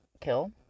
kill